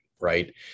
right